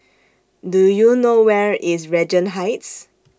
Do YOU know Where IS Regent Heights